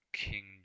king